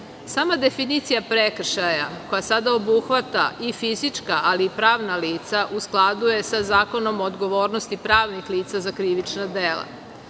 Sama definicija prekršaja koja sada obuhvata i fizička ali i pravna lica u skladu je sa Zakonom o odgovornosti pravnih lica za krivična dela.